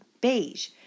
beige